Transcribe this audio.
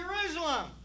Jerusalem